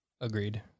Agreed